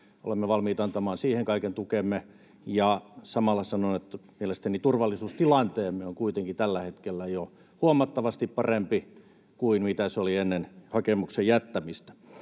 Olemme valmiit antamaan siihen kaiken tukemme, ja samalla sanon, että mielestäni turvallisuustilanteemme on kuitenkin tällä hetkellä jo huomattavasti parempi kuin mitä se oli ennen hakemuksen jättämistä.